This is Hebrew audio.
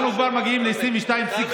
אנחנו כבר מגיעים ל-22.5